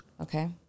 okay